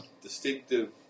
distinctive